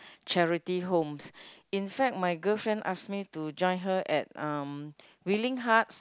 charity homes in fact my girl friend ask me to join her at um willing hearts